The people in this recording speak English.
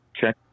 check